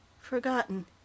forgotten